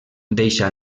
deixa